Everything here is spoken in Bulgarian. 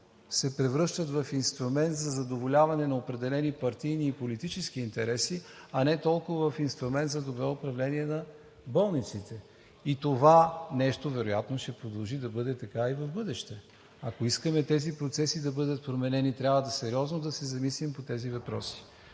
се превръщат в инструмент за задоволяване на определени партийни и политически интереси, а не толкова в инструмент за добро управление на болниците. И това нещо вероятно ще продължи да бъде така и в бъдеще. Ако искаме тези процеси да бъдат променени, трябва сериозно да се замислим по тези въпроси: